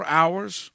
hours